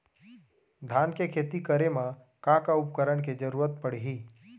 धान के खेती करे मा का का उपकरण के जरूरत पड़हि?